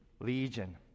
Legion